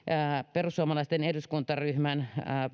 perussuomalaisten eduskuntaryhmän